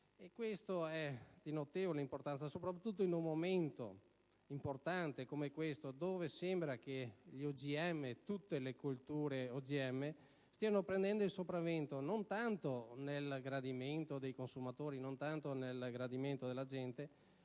Ciò è di notevole importanza, soprattutto in un momento importante come questo in cui sembra che gli OGM, tutte le colture OGM, stiano prendendo il sopravvento non tanto nel gradimento dei consumatori, della gente,